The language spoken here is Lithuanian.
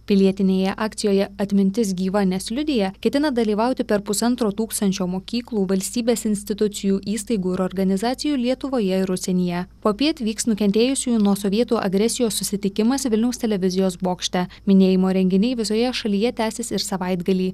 pilietinėje akcijoje atmintis gyva nes liudija ketina dalyvauti per pusantro tūkstančio mokyklų valstybės institucijų įstaigų ir organizacijų lietuvoje ir užsienyje popiet vyks nukentėjusiųjų nuo sovietų agresijos susitikimas vilniaus televizijos bokšte minėjimo renginiai visoje šalyje tęsis ir savaitgalį